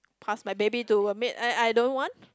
pass my baby to a maid I I don't want